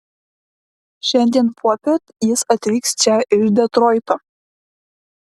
šiandien popiet jis atvyks čia iš detroito